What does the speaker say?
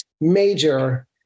major